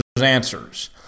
answers